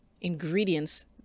ingredients